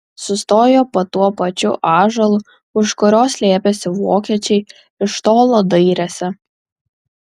sustojo po tuo pačiu ąžuolu už kurio slėpėsi vokiečiai iš tolo dairėsi